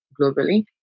globally